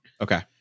Okay